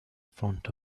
front